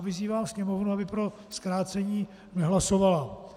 Vyzývám Sněmovnu, aby pro zkrácení nehlasovala.